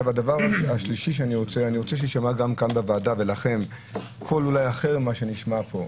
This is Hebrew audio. אני רוצה שיישמע כאן בוועדה קול אולי אחר ממה שנשמע פה.